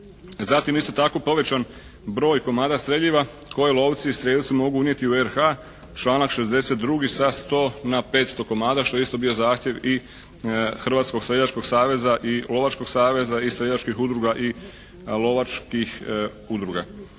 Zatim isto tako povećan broj komada streljiva koje lovci i strijelci mogu unijeti RH, članak 62. sa 100 na 500 komada, što je isto bio zahtjev i Hrvatskog streljačkog saveza i Lovačkog saveza i streljačkih udruga i lovačkih udruga.